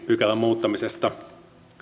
pykälän muuttamisesta